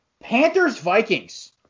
Panthers-Vikings